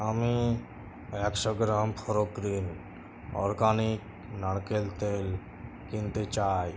আমি একশো gram Forgreen organic নারকেল তেল কিনতে চাই